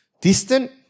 distant